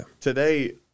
today